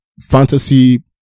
fantasy